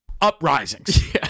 uprisings